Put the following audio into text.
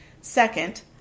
Second